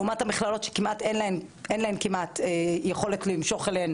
לעומת המכללות שכמעט אין להן יכולת למשוך אליהן